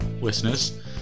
listeners